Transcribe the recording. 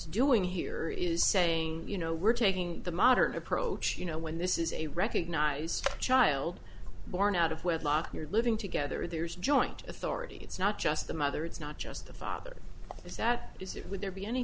doing here is saying you know we're taking the modern approach you know when this is a recognized child born out of wedlock you're living together there's joint authority it's not just the mother it's not just the father is that is it would there be any